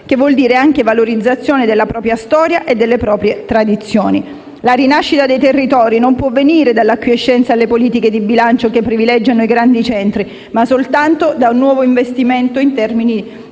che vuol dire anche valorizzazione della propria storia e delle proprie tradizioni. La rinascita dei territori non può venire dall'acquiescenza alle politiche di bilancio che privilegiano i grandi centri, ma soltanto da un nuovo investimento in termini